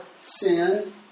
sin